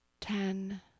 Ten